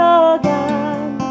again